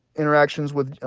interactions with,